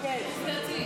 עובדתי.